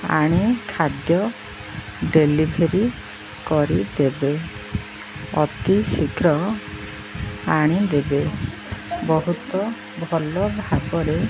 ଆଣି ଖାଦ୍ୟ ଡେଲିଭରି କରିଦେବେ ଅତି ଶୀଘ୍ର ଆଣିଦେବେ ବହୁତ ଭଲ ଭାବରେ